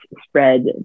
spread